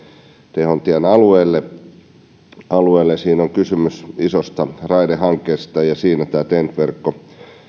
tehontien alueelle alueelle siinä on kysymys isosta raidehankkeesta ja siinä tämä ten t verkko